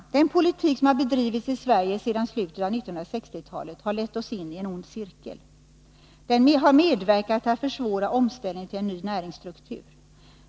Den politik som har bedrivits i Sverige sedan slutet av 1960-talet har lett oss in i en ond cirkel. Den har medverkat till att försvåra omställning till en ny näringsstruktur.